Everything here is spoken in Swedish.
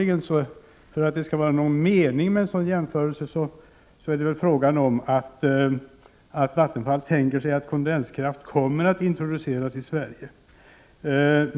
Men för att det skall vara någon mening med en sådan jämförelse är det väl fråga om att Vattenfall tänker sig att kondenskraft kommer att introduceras i Sverige.